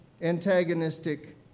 antagonistic